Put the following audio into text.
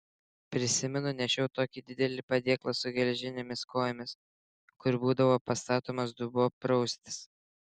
prisimenu nešiau tokį didelį padėklą su geležinėmis kojomis kur būdavo pastatomas dubuo praustis